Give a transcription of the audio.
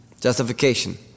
justification